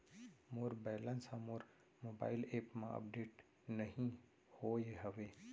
मोर balance हा मोर mobile app मा अपडेट नहीं होय हवे